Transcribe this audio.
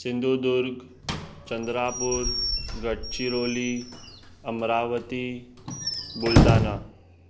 Sindhudurg Chandrapur Gadchiroli Amravati Buldhana